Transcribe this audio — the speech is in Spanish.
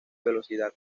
velocidad